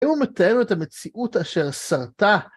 אם הוא מתאר לו את המציאות אשר שרתה.